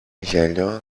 γέλιο